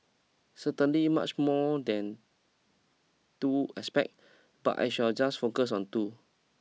certainly much more than two aspect but I shall just focus on two